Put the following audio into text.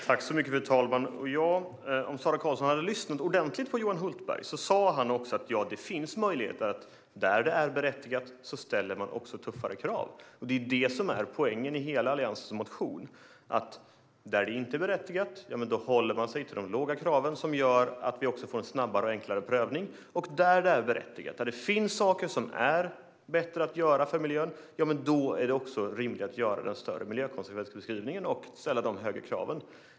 Fru talman! Om Sara Karlsson hade lyssnat ordentligt på Johan Hultberg hade hon hört att han också sa att det finns möjligheter att ställa tuffare krav där det är berättigat. Det är det som är poängen med hela Alliansens motion. Där det inte är berättigat håller man sig till de låga kraven, som gör att vi får en snabbare och enklare prövning. Där det är berättigat, där det finns saker som är bättre att göra för miljön, är det rimligt att göra den större miljökonsekvensbeskrivningen och ställa de högre kraven.